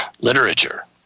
Literature